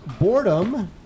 Boredom